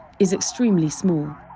is extremely small,